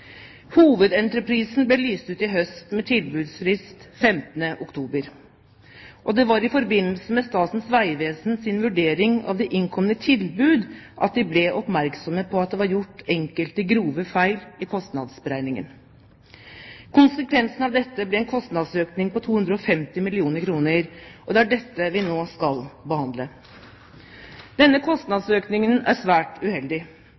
Hovedentreprisen ble lyst ut i høst, med tilbudsfrist 15. oktober. Det var i forbindelse med Statens vegvesens vurdering av de innkomne tilbud at en ble oppmerksom på at det var gjort enkelte grove feil i kostnadsberegningen. Konsekvensene av dette ble en kostnadsøkning på 250 mill. kr, og det er dette vi nå skal behandle. Denne kostnadsøkningen er svært uheldig.